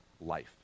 life